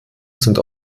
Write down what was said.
sind